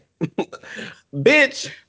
Bitch